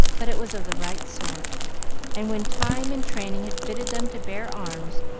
but it was of the right sort and when time and training had fitted them to bear arms,